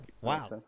Wow